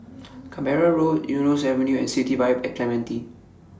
Canberra Road Eunos Avenue and City Vibe At Clementi